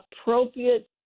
appropriate